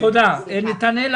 תודה רבה.